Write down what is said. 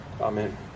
Amen